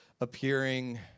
appearing